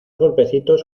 golpecitos